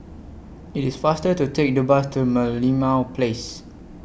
IT IS faster to Take The Bus to Merlimau Place